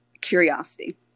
curiosity